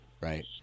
Right